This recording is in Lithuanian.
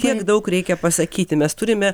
tiek daug reikia pasakyti mes turime